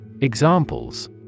Examples